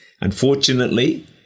Unfortunately